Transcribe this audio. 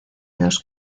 dos